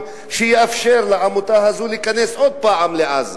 שיאפשר לעמותה הזו להיכנס עוד פעם לעזה.